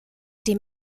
dem